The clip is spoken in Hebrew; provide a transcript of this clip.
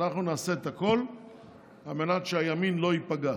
אנחנו נעשה את הכול על מנת שהימין לא ייפגע.